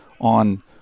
on